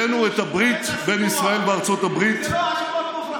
הבאנו את הברית בין ישראל לארצות הברית לשיאים